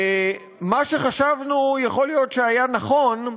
מה שחשבנו, יכול להיות שהיה נכון,